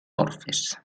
orfes